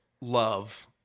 love